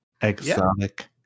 Exotic